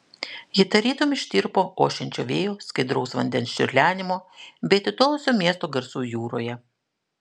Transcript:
ji tarytum ištirpo ošiančio vėjo skaidraus vandens čiurlenimo bei atitolusio miesto garsų jūroje